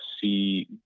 see